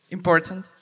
important